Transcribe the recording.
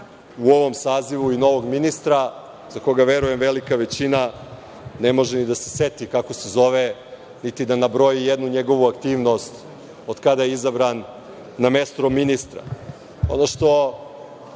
u ovom sazivu i novog ministra, za koga verujem velika većina ne može ni da se seti kako se zove, niti da nabroji jednu njegovu aktivnost od kada je izabran na mesto ministra. Ono